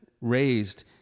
raised